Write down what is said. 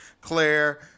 Claire